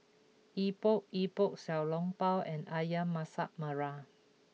Epok Epok Xiao Long Bao and Ayam Masak Merah